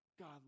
God